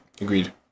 Agreed